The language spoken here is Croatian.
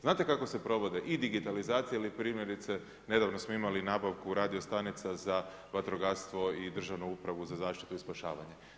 Znate kako se provode i digitalizacija ili primjerice, nedavno smo imali nabavku radiostanica za vatrogastvo i Državnu upravu za zaštitu i spašavanje.